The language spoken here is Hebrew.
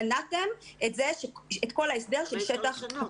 מנעתם את כל ההסדר של שטח פתוח.